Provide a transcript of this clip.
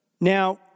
Now